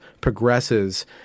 progresses